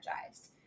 energized